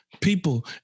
People